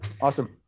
awesome